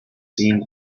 seen